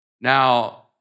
Now